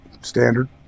Standard